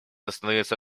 установиться